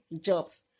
jobs